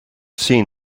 seen